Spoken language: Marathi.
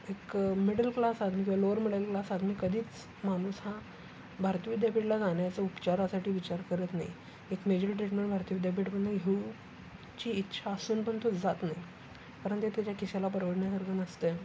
एक मिडल क्लास आदमी किंवा लोअर मिडल क्लास आदमी कधीच माणूस हा भारती विद्यापीठला जाण्याचा उपचारासाठी विचार करत नाही एक मेजर ट्रीटमेंट भारती विद्यापीठमधून घेऊची इच्छा असून पण तो जात नाही कारण ते त्याच्या खिशाला परवडण्यासारखं नसतंय